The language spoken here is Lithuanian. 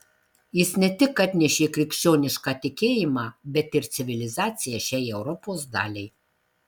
jis ne tik atnešė krikščionišką tikėjimą bet ir civilizaciją šiai europos daliai